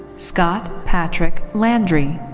scott patrick landry.